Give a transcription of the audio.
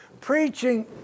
preaching